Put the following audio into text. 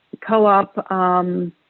co-op